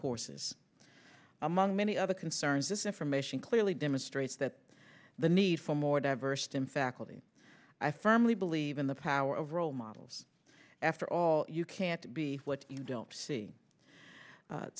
courses among many other concerns this information clearly demonstrates that the need for more diversity in faculty i firmly believe in the power of role models after all you can't be what you don't see